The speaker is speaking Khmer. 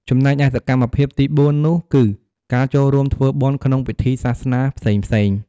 ចំណែកឯសកម្មភាពទីបួណនោះគឺ កាចូលរួមធ្វើបុណ្យក្នុងពិធីសាសនាផ្សេងៗ។